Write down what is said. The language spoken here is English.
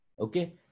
Okay